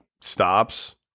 stops